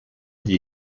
die